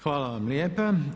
Hvala vam lijepa.